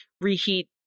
reheat